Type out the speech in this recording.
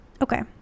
Okay